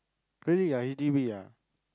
really ah H_D_B ah